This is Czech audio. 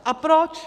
A proč?